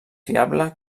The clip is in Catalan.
fiable